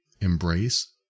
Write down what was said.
embrace